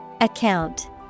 Account